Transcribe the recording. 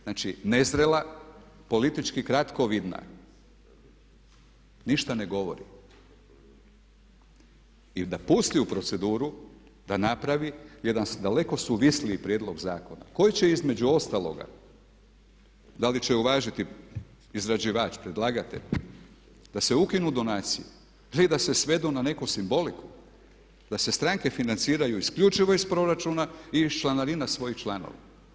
Znači nezrela, politički kratkovidna, ništa ne govori i da pusti u proceduru, da napravi jedan daleko suvisliji prijedlog zakona koji će između ostaloga, da li će uvažiti izrađivač, predlagatelj da se ukinu donacije ili da se svedu na neku simboliku, da se stranke financiraju isključivo iz proračuna i iz članarina svojih članova.